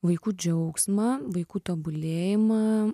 vaikų džiaugsmą vaikų tobulėjimą